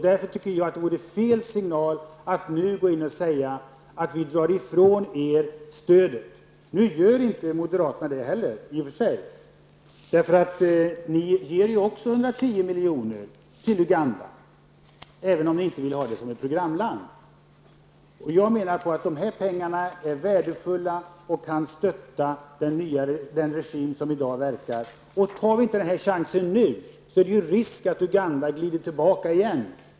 Därför tycker jag att det vore att ge fel signal att nu säga att vi drar in vårt stöd till landet. I och för sig gör ju inte moderaterna heller det. Ni moderater vill ju också ge 110 miljoner till Uganda, även om ni inte vill se Uganda som ett programland. Jag menar alltså att de här pengarna är värdefulla och att de kan vara ett medel för att stötta den regim som i dag verkar i landet. Tar vi inte den här chansen nu, finns risken att Uganda glider tillbaka igen.